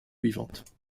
suivantes